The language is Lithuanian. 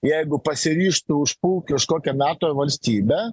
jeigu pasiryžtų užpult kažkokią nato valstybę